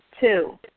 Two